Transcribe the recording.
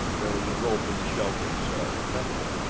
there is rope in the shelter, he said. fetch it!